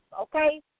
okay